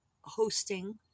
hosting